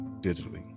digitally